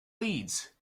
leeds